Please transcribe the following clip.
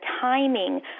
timing